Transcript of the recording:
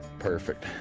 perfect.